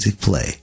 play